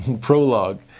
prologue